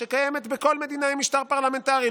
שקיימת בכל מדינה עם משטר פרלמנטרי,